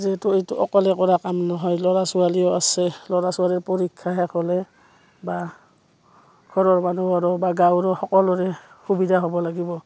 যিহেতু এইটো অকলে কৰা কাম নহয় ল'ৰা ছোৱালীও আছে ল'ৰা ছোৱালীৰ পৰীক্ষা শেষ হ'লে বা ঘৰৰ মানুহৰো বা গাঁৱৰো সকলোৰে সুবিধা হ'ব লাগিব